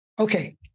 Okay